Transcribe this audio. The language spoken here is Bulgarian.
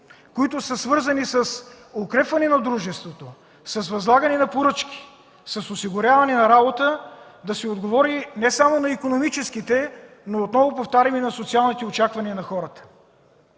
които са свързани с укрепване на дружеството, с възлагане на поръчки, с осигуряване на работа, да се отговори не само на икономическите, но отново повтарям, на социалните очаквания на хората.